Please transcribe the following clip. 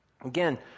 Again